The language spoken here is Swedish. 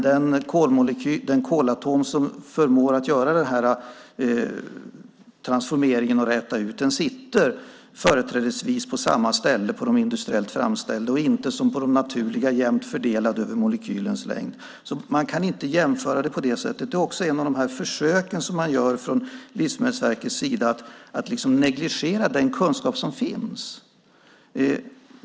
Den kolatom som förmår göra transformeringen och räta ut det hela sitter företrädesvis på samma ställe på de industriellt framställda molekylerna och inte som på de naturliga, jämnt fördelade över molekylens längd. Man kan inte jämföra dem på det sättet. Det här är ett av de försök man gör från Livsmedelsverket att negligera den kunskap som finns.